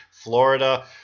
Florida